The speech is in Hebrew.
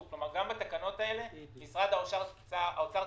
זו דוגמה שנתקלנו בה פעמים רבות בשנים האחרונות.